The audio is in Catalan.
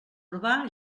urbà